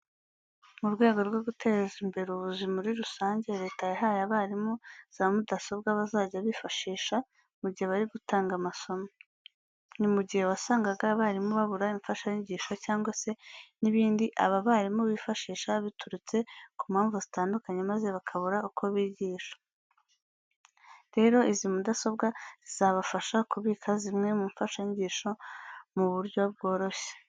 Mu rwego rwo guteza imbere ubuzi muri rusange, Leta yahaye abarimu za mudasobwa bazajya bifashisha mu gihe bari gutanga amasomo. Ni mu gihe wasangaga abarimu babura imfashanyigisho cyangwa se n'ibindi aba barimu bifashisha biturutse ku mpamvu zitandukanye maze bakabura uko bigisha. Rero izi mudasobwa zizabafasha kubika zimwe mu mfashanyigisho mu buro byoroshye.